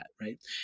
right